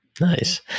Nice